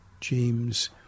James